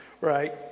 Right